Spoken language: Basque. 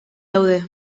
daude